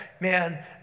man